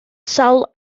sawl